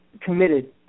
committed